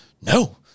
no